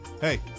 Hey